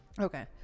Okay